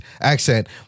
accent